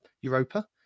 Europa